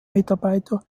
mitarbeiter